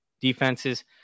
defenses